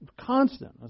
constant